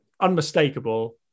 unmistakable